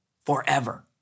forever